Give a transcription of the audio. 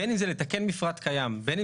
בין אם זה לתקן מפרט קיים,